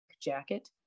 jacket